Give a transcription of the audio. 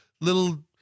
little